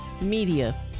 media